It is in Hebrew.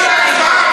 ישר להצבעה.